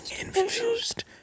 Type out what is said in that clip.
infused